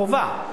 חובה,